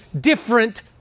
different